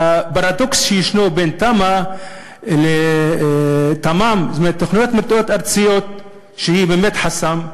הפרדוקס בין תמ"א לתמ"מ שהיא באמת חסם.